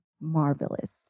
marvelous